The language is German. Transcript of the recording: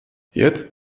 jetzt